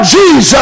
Jesus